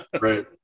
right